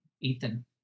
Ethan